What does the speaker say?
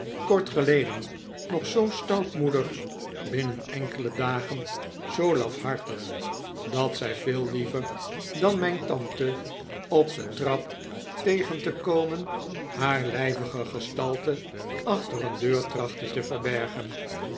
kort geleden nog zoo stoutmoedig binnen enkele dagen zoo lafhartig dat zij veel liever dan mijn tante op de trap tegen te komen haar lijvige gestalte achter een deur trachtte te verbergen